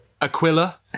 Aquila